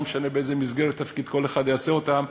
לא משנה באיזו מסגרת תפקיד כל אחד יעשה אותן,